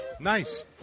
Nice